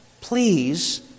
please